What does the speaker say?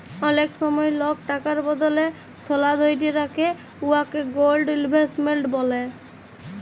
অলেক সময় লক টাকার বদলে সলা ধ্যইরে রাখে উয়াকে গোল্ড ইলভেস্টমেল্ট ব্যলে